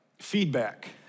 feedback